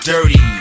Dirty